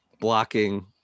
blocking